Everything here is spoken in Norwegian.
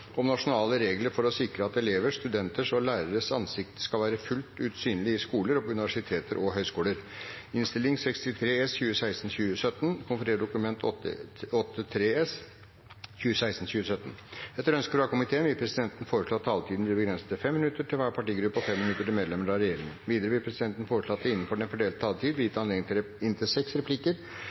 om at møtet i dag fortsetter utover kl. 16.00. Etter ønske fra utenriks- og forsvarskomiteen vil presidenten foreslå at taletiden blir begrenset til 5 minutter til hver partigruppe og 5 minutter til medlemmer av regjeringen. Videre vil presidenten foreslå at det – innenfor den fordelte taletid – blir gitt anledning til inntil seks replikker